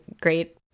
great